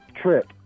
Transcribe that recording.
trip